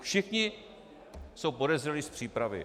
Všichni jsou podezřelí z přípravy.